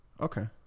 Okay